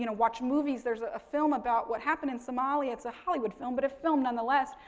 you know watch movies, there's a film about what happened in somalia. it's a hollywood film, but a film non the less,